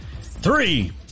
Three